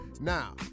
Now